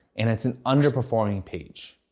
and it's an underperforming page.